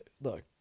look